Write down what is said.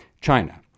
China